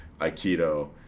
Aikido